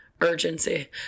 urgency